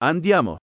Andiamo